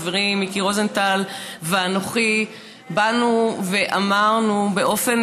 חברי מיקי רוזנטל ואנוכי אמרנו באופן